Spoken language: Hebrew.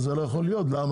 למה?